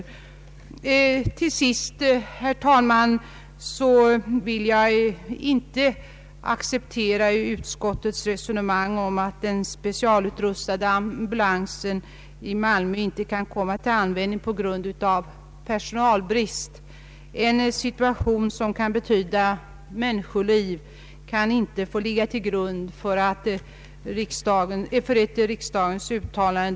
Till sist, herr talman, vill jag inte acceptera utskottets resonemang om att den = specialutrustade ambulansen i Malmö inte kan komma till användning på grund av personalbrist. När situationen gäller människoliv kan sådant inte få ligga till grund för ett riksdagens uttalande.